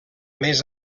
més